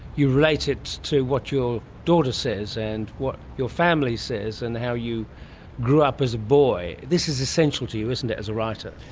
you relate it to what your daughter says and what your family says and how you grew up as a boy. this is essential to you, isn't it, as a writer.